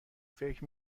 فکر